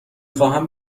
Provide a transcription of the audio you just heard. خواهم